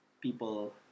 people